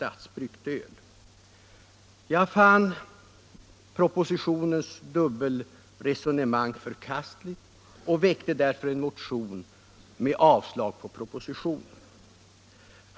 Jag fann propositionens dubbelresonemang förkastligt och väckte därför.én motion med hemställan om avslag på propositionen.